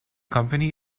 company